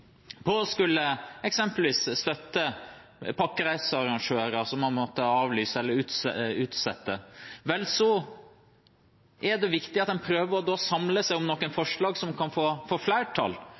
eksempelvis å støtte pakkereisearrangører som har måttet avlyse eller utsette, er det viktig at en prøver å samle seg om noen forslag som kan få flertall.